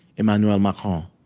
emmanuel macron